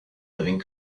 living